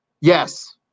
Yes